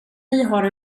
har